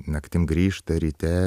naktim grįžta ryte